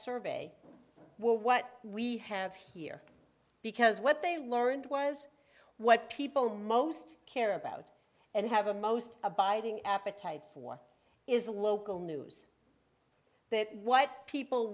survey were what we have here because what they learned was what people most care about and have a most abiding appetite for is a local news that what people